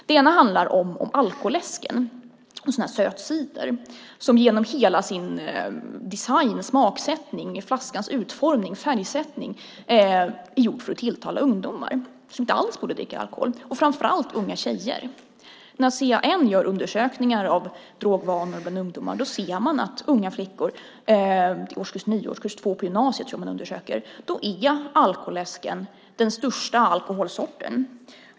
Det ena handlar om alkoläsken, en söt cider som genom sin design, smaksättning, flaskans utformning och färgsättningen är gjord för att tilltala ungdomar, framför allt unga tjejer, som inte borde dricka alkohol alls. När CAN gör undersökningar av drogvanor bland ungdomar - jag tror att de undersöker årskurs 9 och årskurs 2 på gymnasiet - ser man att alkoläsken är den största alkoholsorten bland unga flickor.